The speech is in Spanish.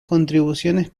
contribuciones